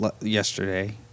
yesterday